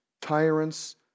tyrants